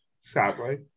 Sadly